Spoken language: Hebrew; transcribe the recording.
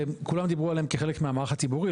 וכל הזמן דיברו עליהם כחלק מהמערך הציבורי,